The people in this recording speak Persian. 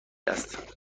است